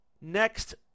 next